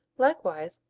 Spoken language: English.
likewise,